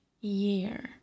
year